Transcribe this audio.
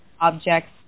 objects